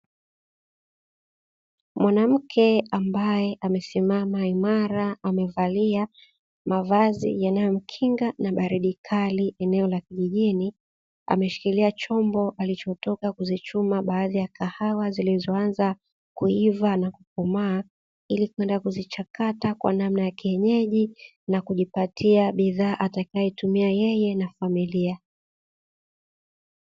Mwanamke ambaye amesimama imara, amevalia mavazi yanayomkinga na baridi kali eneo la kijijini, ameshikilia chombo alichotoka kuzichuma baadhi ya kahawa zilizoanza kuiva na kukomaa, ili kwenda kuzichakata kwa namna ya kienyeji na kujipatia bidhaa atakayetumia yeye na familia.